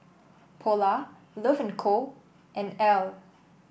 Polar Love and Co and Elle